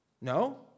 No